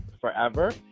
forever